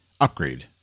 upgrade